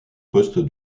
poste